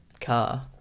car